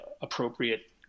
appropriate